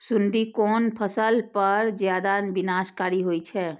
सुंडी कोन फसल पर ज्यादा विनाशकारी होई छै?